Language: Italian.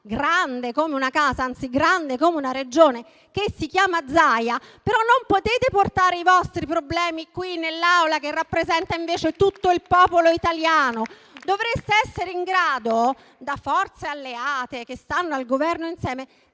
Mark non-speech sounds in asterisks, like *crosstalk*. grande come una casa, anzi grande come una Regione, che si chiama Zaia. Non potete però portare i vostri problemi nell'Aula che rappresenta invece tutto il popolo italiano. *applause* Dovreste essere in grado, da forze alleate che stanno al Governo insieme,